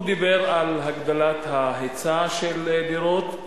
הוא דיבר על הגדלת ההיצע של דירות,